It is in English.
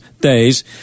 days